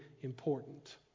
important